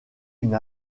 une